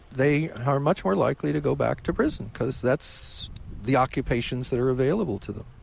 they are much more likely to go back to prison because that's the occupations that are available to them.